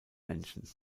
menschen